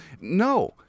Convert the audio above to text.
No